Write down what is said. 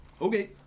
Okay